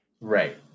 Right